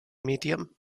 medium